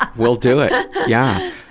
ah we'll do it. yeah.